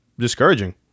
discouraging